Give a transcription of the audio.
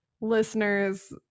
listeners